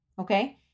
okay